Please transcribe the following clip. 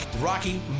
Rocky